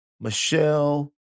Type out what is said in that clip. Michelle